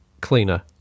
cleaner